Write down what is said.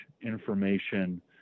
information